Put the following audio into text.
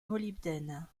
molybdène